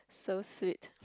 so sweet